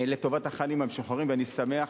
לטובת החיילים המשוחררים, ואני שמח